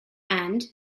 and